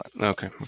Okay